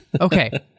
okay